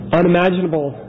unimaginable